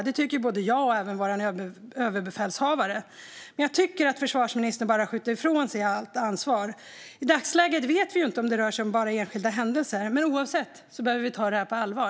Det tycker jag och även vår överbefälhavare. Men jag tycker att försvarsministern bara skjuter ifrån sig allt ansvar. I dagsläget vet vi inte om det rör sig om enskilda händelser, men oavsett det behöver vi ta problemet på allvar.